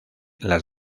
las